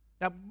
Now